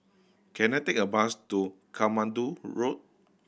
can I take a bus to Katmandu Road